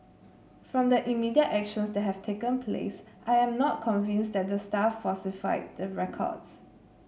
from the immediate actions that have taken place I am not convinced that the staff falsified the records